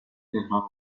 تهران